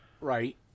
Right